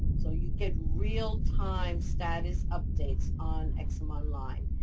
so you get real time status updates on ex-im online.